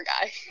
guy